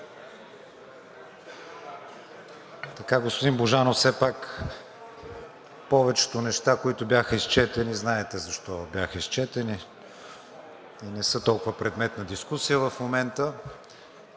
Господин Божанов, все пак повечето неща, които бяха изчетени, знаете защо бяха изчетени и не са толкова предмет на дискусия в момента.